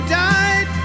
died